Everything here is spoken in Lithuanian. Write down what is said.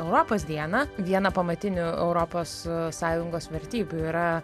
europos dieną viena pamatinių europos sąjungos vertybių yra